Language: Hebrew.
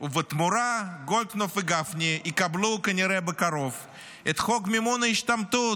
ובתמורה גולדקנופ וגפני יקבלו כנראה בקרוב את חוק מימון ההשתמטות,